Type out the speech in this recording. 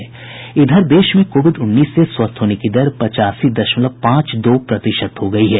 देश में कोविड उन्नीस से स्वस्थ होने की दर पचासी दशमलव पांच दो प्रतिशत हो गई है